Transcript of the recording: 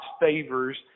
favors